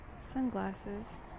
sunglasses